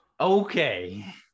Okay